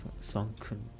sunken